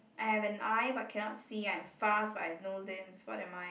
I have an eye but cannot see I am fast but I have no limbs what am I